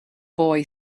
boy